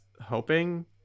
hoping